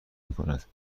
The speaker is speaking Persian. میکند